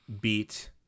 beat